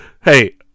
Hey